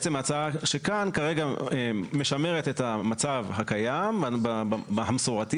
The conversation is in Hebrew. ההצעה שכאן כרגע משמרת את המצב הקיים המסורתי